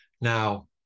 Now